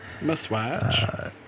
Must-watch